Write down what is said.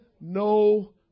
no